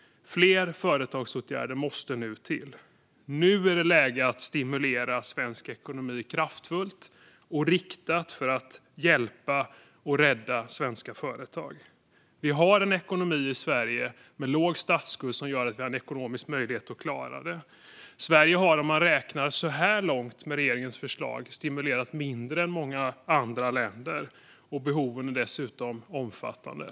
Fler företagsåtgärder måste till. Nu är det läge att stimulera svensk ekonomi kraftfullt och riktat för att hjälpa och rädda svenska företag. Vi har en ekonomi i Sverige med låg statsskuld, vilket gör att vi har ekonomisk möjlighet att klara detta. Sverige har, räknat så här långt med regeringens förslag, stimulerat mindre än många andra länder. Behoven är dessutom omfattande.